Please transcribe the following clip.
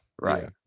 Right